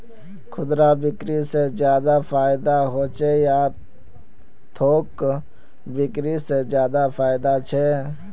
खुदरा बिक्री से ज्यादा फायदा होचे या थोक बिक्री से ज्यादा फायदा छे?